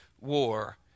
war